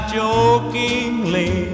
jokingly